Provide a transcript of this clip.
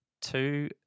two